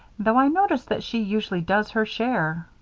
though i notice that she usually does her share.